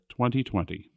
2020